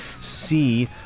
see